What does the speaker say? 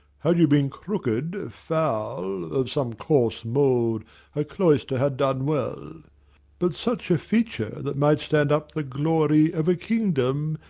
had you been crooked, foul, of some coarse mould a cloister had done well but such a feature that might stand up the glory of a kingdom,